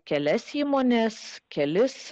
kelias įmones kelis